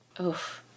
Oof